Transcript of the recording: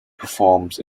performs